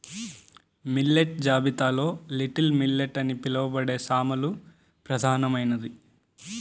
millet జాబితాలో little millet అని పిలవబడే సామలు ప్రధానమైనది